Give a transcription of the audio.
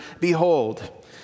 Behold